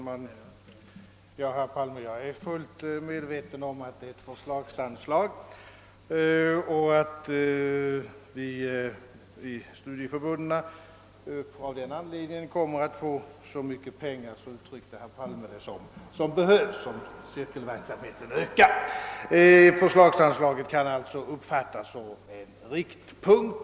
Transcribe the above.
Herr talman! Ja, herr Palme, jag är fulit medveten om att det är ett förslagsanslag och att vi i studieförbunden av den anledningen kommer att få så mycket pengar — så uttryckte sig herr Palme — som behövs om cirkelverksamheten ökar. Förslagsanslaget kan alltså uppfattas närmast som en riktpunkt.